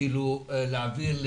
להעביר,